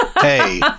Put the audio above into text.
hey